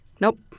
Nope